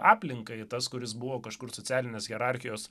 aplinkai tas kuris buvo kažkur socialinės hierarchijos